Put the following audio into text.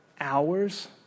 hours